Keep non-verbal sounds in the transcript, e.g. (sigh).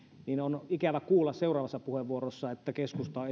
niin on ikävä kuulla seuraavassa puheenvuorossa että keskusta on (unintelligible)